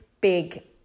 big